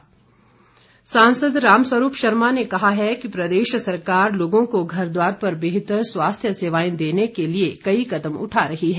राम स्वरूप सांसद राम स्वरूप शर्मा ने कहा है कि प्रदेश सरकार लोगों को घर द्वार पर बेहतर स्वास्थ्य सेवाएं देने के लिए कई कदम उठा रही है